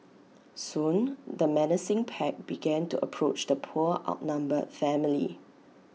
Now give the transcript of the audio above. soon the menacing pack began to approach the poor outnumbered family